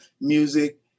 music